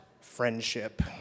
friendship